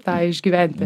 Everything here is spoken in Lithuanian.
tą išgyventi